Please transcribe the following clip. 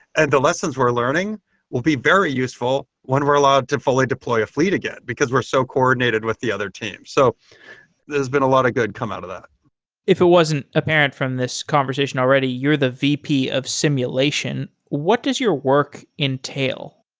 and the lessons we're learning will be very useful when were allowed to fully deploy a fleet again, because we're so coordinated with the other team. so there's been a lot of good come out of. if it wasn't apparent from this conversation already, you're the vp of simulation. what does your work entail?